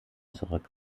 zurück